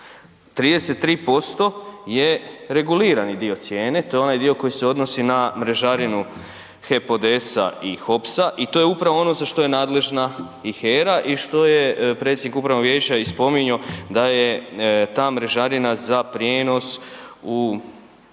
33% je regulirani dio cijene, to je onaj dio koji se odnosi na mrežarinu HEP ODS-a i HOPS-a i to je upravo ono za što je nadležna i HERA i što je predsjednik upravnog vijeća i spominjao da je ta mrežarina za prijenos u jednom